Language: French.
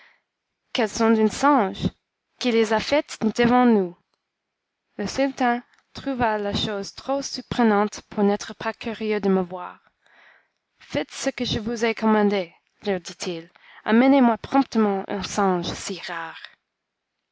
qu'elles sont d'un singe qui les a faites devant nous le sultan trouva la chose trop surprenante pour n'être pas curieux de me voir faites ce que je vous ai commandé leur dit-il amenez-moi promptement un singe si rare